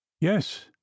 Yes